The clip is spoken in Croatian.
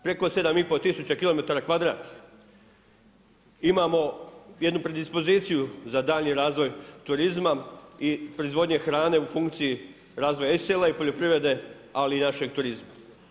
Preko 7500 kvadrat, imamo jednu predispoziciju za daljnji razvoj turizma i proizvodnji hrane u funkciji razvoja … i poljoprivrede ali i našeg turizma.